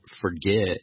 forget